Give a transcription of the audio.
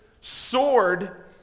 sword